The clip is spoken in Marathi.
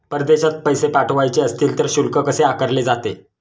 परदेशात पैसे पाठवायचे असतील तर शुल्क कसे आकारले जाते?